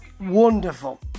wonderful